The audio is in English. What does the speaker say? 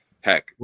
Heck